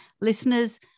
Listeners